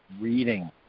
reading